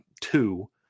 two